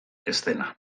eszena